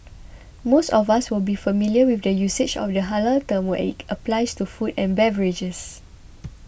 most of us will be familiar with the usage of the halal term when it applies to food and beverages